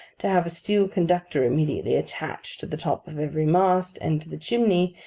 to have a steel conductor immediately attached to the top of every mast, and to the chimney,